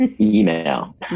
email